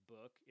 Book